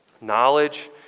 Knowledge